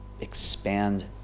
expand